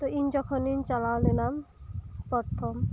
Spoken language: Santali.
ᱛᱚ ᱤᱧ ᱡᱚᱠᱷᱚᱱᱤᱧ ᱪᱟᱞᱟᱣ ᱞᱮᱱᱟ ᱯᱚᱨᱛᱷᱚᱢ